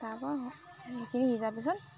তাৰপা সেইখিনি সিজাৰ পিছত